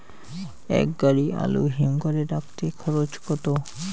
এক গাড়ি আলু হিমঘরে রাখতে খরচ কত?